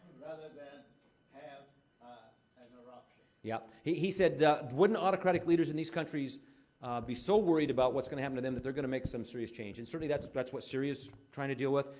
rather than have an eruption? yup. he he said that wouldn't autocratic leaders in these countries be so worried about what's going to happen to them, that they're going to make some serious change? and certainly, that's that's what syria's trying to deal with.